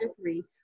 three